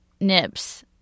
nips